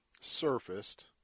surfaced